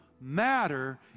matter